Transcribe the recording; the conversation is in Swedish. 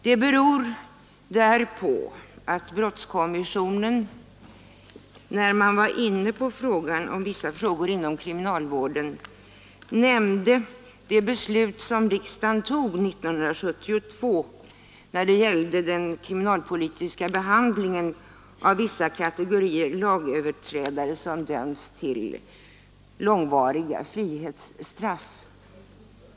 Det beror på att brottskommissionen, när man var inne på vissa frågor inom kriminalvården, nämnde det beslut som riksdagen tog år 1972 då det gällde den kriminalpolitiska behandlingen av vissa kategorier lagöverträdare som dömts till långvariga frihetsstraff.